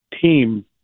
team